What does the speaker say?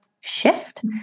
shift